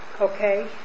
okay